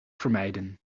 vermijden